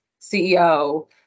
CEO